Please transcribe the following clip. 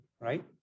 Right